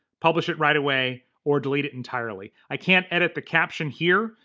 publish it right away, or delete it entirely. i can't edit the caption here,